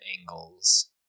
angles